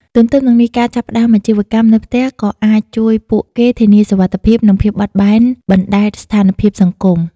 ទន្ទឹមនឹងនេះ ការចាប់ផ្តើមអាជីវកម្មនៅផ្ទះក៏អាចជួយពួកគេធានាសុវត្ថិភាព និងភាពបត់បែនបណ្តែតស្ថានភាពសង្គម។